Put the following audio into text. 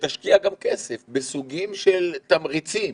שתשקיע גם כסף בסוגים של תמריצים